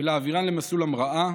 ולהעבירן למסלול המראה,